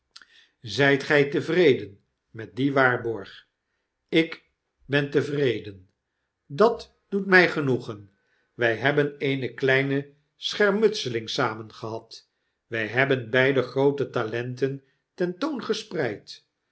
zijt gij tevreden met dien waarborg ik ben tevreden dat doet mij genoegen wij hebben eene kleine schermutseling samen gehad wij hebben beiden groote talenten ten toon gespreid